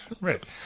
right